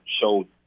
Showed